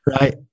Right